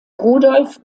rudolf